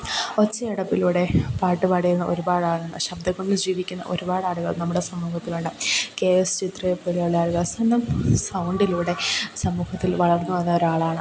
ഒച്ചയടപ്പിലൂടെ പാട്ട് പാടിയ ഒരുപാടാളുണ്ട് ശബ്ദം കൊണ്ട് ജീവിക്കുന്ന ഒരുപാടാളുകൾ നമ്മുടെ സമൂഹത്തിലുണ്ട് കേ യെസ് ചിത്രയേപ്പോലെയുള്ള ആളുകൾ സ്വന്തം സൗണ്ടിലൂടെ സമൂഹത്തിൽ വളർന്ന് വന്നൊരാളാണ്